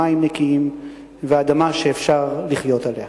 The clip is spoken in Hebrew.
מים נקיים ואדמה שאפשר לחיות עליה.